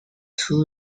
two